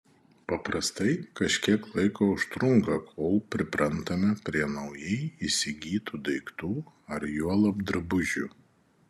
paprastai kažkiek laiko užtrunka kol priprantame prie naujai įsigytų daiktų ar juolab drabužių